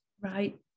Right